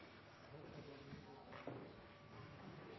deres